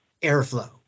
airflow